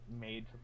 made